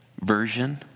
version